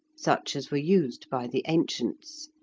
such as were used by the ancients,